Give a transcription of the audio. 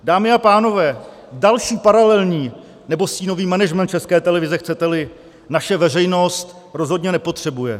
Dámy a pánové, další paralelní nebo stínový management České televize, chceteli, naše veřejnost rozhodně nepotřebuje.